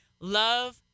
Love